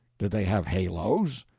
did they have halos?